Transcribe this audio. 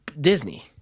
disney